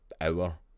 hour